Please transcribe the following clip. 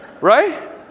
right